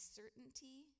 certainty